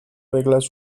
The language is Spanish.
reglas